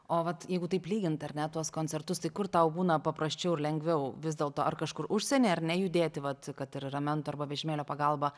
o vat jeigu taip lygint ar ne tuos koncertus tai kur tau būna paprasčiau ir lengviau vis dėlto ar kažkur užsieny ar ne judėti vat kad ir ramentų ar vežimėlio pagalba